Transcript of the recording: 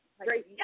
Great